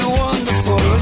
wonderful